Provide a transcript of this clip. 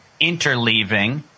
interleaving